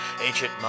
ancient